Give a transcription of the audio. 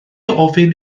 ofyn